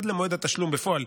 עד למועד התשלום בפועל,